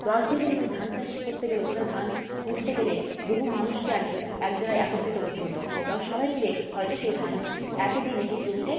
দশ বিঘে জমিতে ধান চাষ করতে গেলে সেখানে ধান পুঁততে গেলে বহু মানুষকে এক এক জায়গায় একত্রিত করতে হতো এবং সবাই মিলে হয়তো সেই ধানে একই দিনে সেই জমিটায়